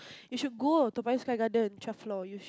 you should go Toa-Payoh Sky-Garden twelfth floor you should